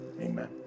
Amen